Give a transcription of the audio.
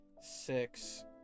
six